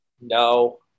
No